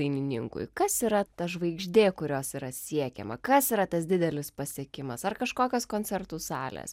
dainininkui kas yra ta žvaigždė kurios yra siekiama kas yra tas didelis pasiekimas ar kažkokios koncertų salės